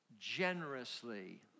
generously